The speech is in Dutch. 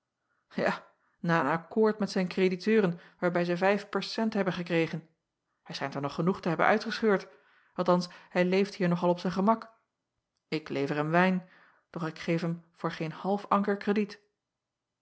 a a een akkoord met zijn krediteuren waarbij zij vijf per cent hebben gekregen ij schijnt er nog genoeg te hebben uitgescheurd althans hij leeft hier nog acob van ennep laasje evenster delen al op zijn gemak ik lever hem wijn doch ik geef hem voor geen half anker krediet